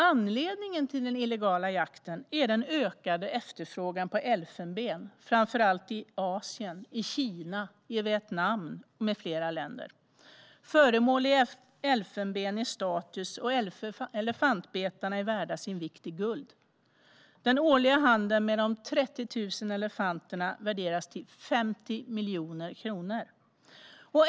Anledningen till den illegala jakten är den ökande efterfrågan på elfenben, framför allt i Asien. Det gäller Kina och Vietnam med flera länder. Föremål i elfenben innebär status, och elefantbetarna är värda sin vikt i guld. Den årliga handeln med de 30 000 elefanterna värderas till 50 miljarder kronor.